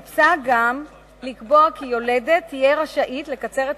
מוצע גם לקבוע כי יולדת תהיה רשאית לקצר את